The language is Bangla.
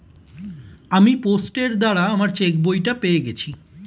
আমি পোস্টের দ্বারা আমার চেকবইটা পেয়ে গেছি